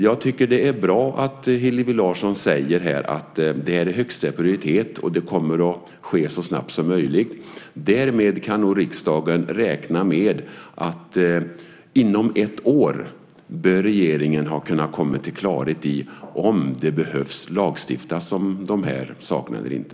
Jag tycker att det är bra att Hillevi Larsson säger att det är högsta prioritet och att det kommer att ske så snabbt som möjligt. Därmed kan nog riksdagen räkna med att regeringen inom ett år bör ha kommit till klarhet i om det behöver lagstiftas om de här sakerna eller inte.